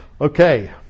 Okay